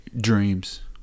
dreams